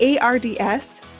ARDS